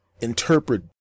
interpret